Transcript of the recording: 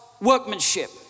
workmanship